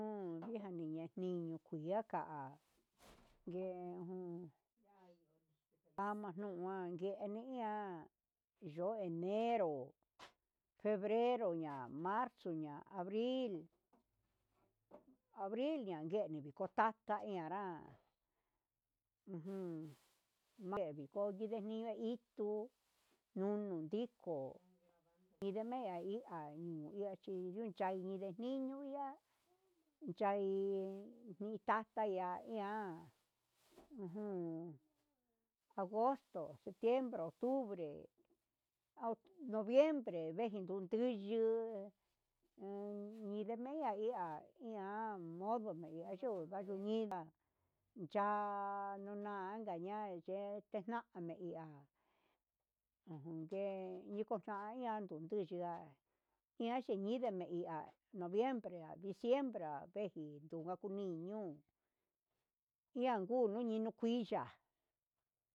Nuu dijani niño kuyaka ngue jun ananua ngue ene iha yo'o enero, febrero ña'a, marzo ña'a abril abril ñakeni viko tati taka enrá ujun ndeviko ituniña ituu nuu viko nindeme ania yuneni iha chinru kaye mii minuya yai nitaza na iha, ujun agosto, septiembre, octubre noviembre venji nunduyu endemenka iha iha modo nikachuka, nduniya ya'a nuna ninka ña'a ye'e etename he ihá ujun ngue itoña ya'a indui yia iha indeme iha noviembre nga diciembre nga aveji nunka kunii ñuu ian nguu nuñi nukuiya'a.